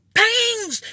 pains